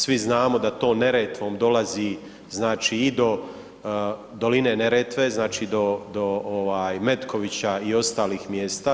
Svi znamo da to Neretvom dolazi i do doline Neretve, znači do Metkovića i ostalih mjesta.